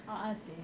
a'ah sia